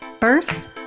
First